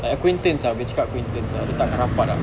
like aku interns ah boleh cakap aku interns ah tak kan rapat ah